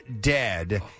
dead